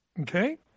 Okay